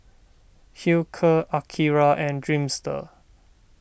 Hilker Akira and Dreamster